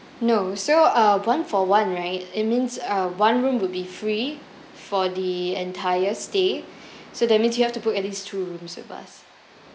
no so uh one for one right it means uh one room would be free for the entire stay so that means you have to book at least two rooms with us